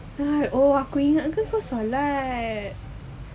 oh aku ingatkan kau solat